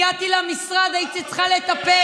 הגעתי למשרד, הייתי צריכה לטפל,